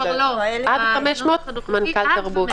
מנכ"ל התרבות.